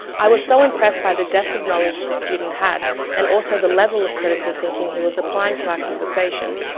i was so impressed by the depth of knowledge the student had but and also the level of critical thinking he was applying to our conversation.